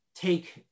Take